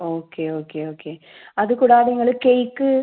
okay okay okay അതുകൂടാതെ നിങ്ങൾ cake